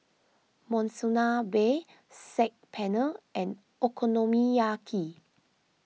Monsunabe Saag Paneer and Okonomiyaki